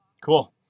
Cool